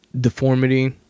Deformity